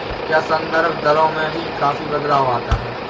क्या संदर्भ दरों में भी काफी बदलाव आता है?